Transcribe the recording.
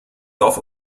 dorf